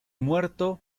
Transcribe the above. muerto